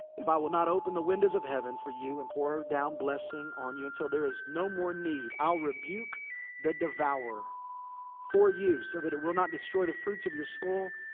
if i will not open the windows of heaven for you and pour ah down blessing on you until there is no more need. i'll rebuke the devourer for you, so that it will not destroy the fruits of your soil,